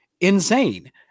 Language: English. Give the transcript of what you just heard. insane